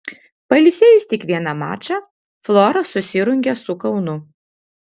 pailsėjus tik vieną mačą flora susirungia su kaunu